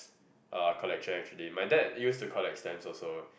a collection actually my dad used to collect stamp also